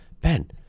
Ben